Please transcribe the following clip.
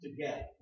together